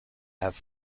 have